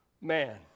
man